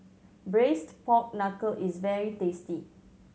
Braised Pork Knuckle is very tasty